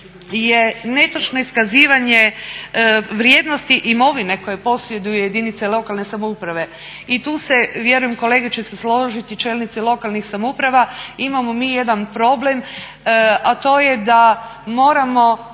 je netočno iskazivanje vrijednosti imovine koju posjeduju jedinice lokalne samouprave i tu se vjerujem kolege će se složiti, čelnici lokalnih samouprava imamo mi jedan problem, a to je da moramo